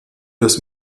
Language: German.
das